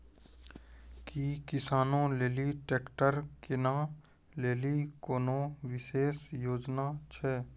कि किसानो लेली ट्रैक्टर किनै लेली कोनो विशेष योजना छै?